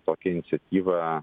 tokią iniciatyvą